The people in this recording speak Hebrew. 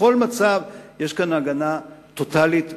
בכל מצב יש כאן הגנה טוטלית ומלאה,